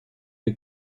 mit